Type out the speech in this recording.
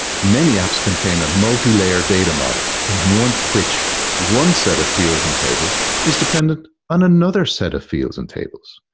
many apps contain a multi-layered data model, and one which one set of fields and tables is dependent on another set of fields and tables.